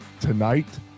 tonight